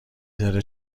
داره